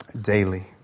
daily